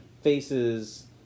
faces